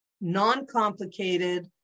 non-complicated